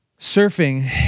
surfing